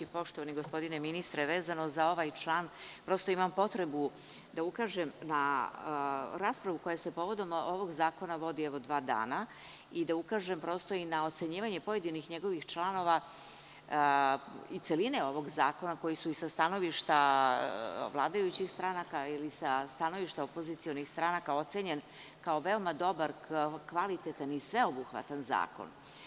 Poštovani ministre, vezano za ovaj član, prosto imam potrebu da ukažem na raspravu koja se povodom ovog zakona vodi već par dana i da ukažem na ocenjivanje pojedinih njegovih članova i celine ovog zakona koji su i sa stanovišta vladajućih stranaka i sa stanovišta opozicionih stranaka ocenjen kao veoma dobar, kvalitetan i sveobuhvatan zakon.